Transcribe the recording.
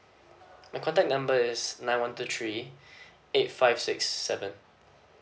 my contact number is nine one two three eight five six seven